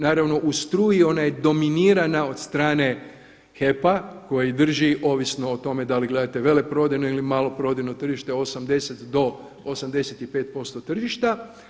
Naravno u struji ona je dominirana od strane HEP-a koja i drži ovisno o tome da li gledate veleprodajnu ili maloprodajno tržište 80 do 85% tržišta.